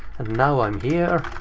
and now i'm here.